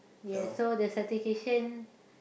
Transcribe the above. yes so the satisfaction